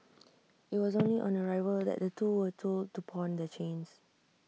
IT was only on arrival that the two were told to pawn the chains